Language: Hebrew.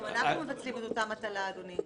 גם אנחנו מבצעים את אותה מטלה, אדוני.